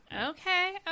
Okay